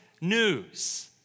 news